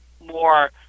more